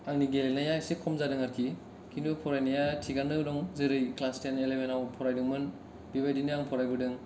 आंनि गेलेनाया एसे खम जादों आरखि खिन्थु फरायनाया थिगानो दं जेरै क्लास टेन इलेभेनाव फरायदोंमोन बेबादिनो आं फरायबोदों